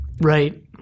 Right